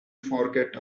forget